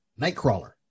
Nightcrawler